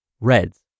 Reds